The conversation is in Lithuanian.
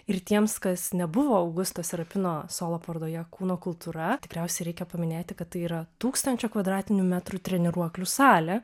ir tiems kas nebuvo augusto serapino solo parodoje kūno kultūra tikriausiai reikia paminėti kad tai yra tūkstančio kvadratinių metrų treniruoklių salė